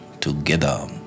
together